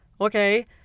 Okay